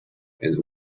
and